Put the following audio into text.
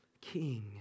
king